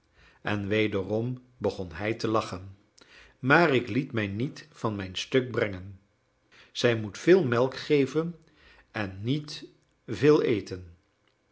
en wederom begon hij te lachen maar ik liet mij niet van mijn stuk brengen zij moet veel melk geven en niet velen eten